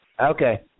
Okay